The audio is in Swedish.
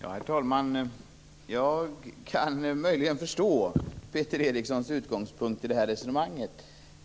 Herr talman! Jag kan möjligen förstå Peter Erikssons utgångspunkt i hans resonemang.